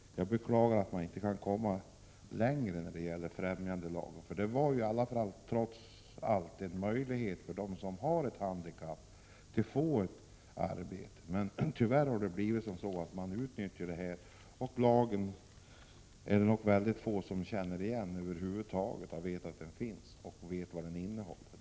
Jag beklagar att man inte kan komma längre med hjälp av främjandelagen. Denna skulle trots allt ge en möjlighet för dem som har ett handikapp att få ett arbete. Tyvärr tillämpas lagen felaktigt, och det är nog mycket få som över huvud taget vet att den finns och vad den innehåller.